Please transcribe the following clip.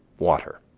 water.